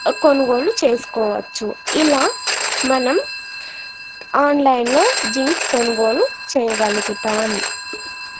కొనుగోలు చేసుకోవచ్చు ఇలా మనం ఆన్లైన్లో జీన్స్ కొనుగోలు చేయగలుగుతాము